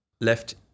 left